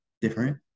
different